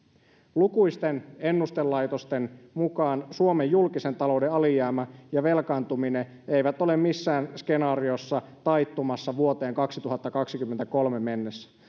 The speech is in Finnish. lukuisten ennustelaitosten mukaan suomen julkisen talouden alijäämä ja velkaantuminen eivät ole missään skenaariossa taittumassa vuoteen kaksituhattakaksikymmentäkolme mennessä